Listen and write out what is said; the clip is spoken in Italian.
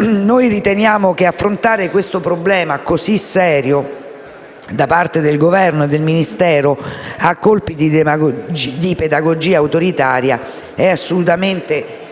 Noi riteniamo che affrontare questo problema così serio da parte del Governo e del Ministero a colpi di pedagogia autoritaria sia assolutamente fuorviante